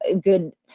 good